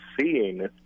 seeing